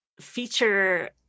feature